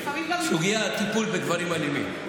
סוגיית הטיפול בגברים אלימים.